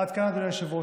עד כאן, אדוני היושב-ראש.